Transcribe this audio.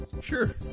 sure